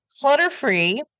clutter-free